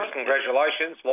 Congratulations